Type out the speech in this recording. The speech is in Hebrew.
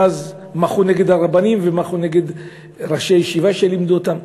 ואז מחו נגד הרבנים ומחו נגד ראשי ישיבה שלימדו אותם,